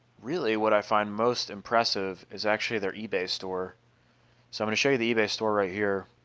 really what i find most impressive is actually their ebay store so i'm gonna show you the ebay store right here